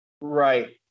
Right